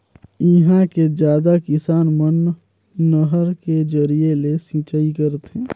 इहां के जादा किसान मन नहर के जरिए ले सिंचई करथे